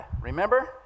Remember